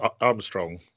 Armstrong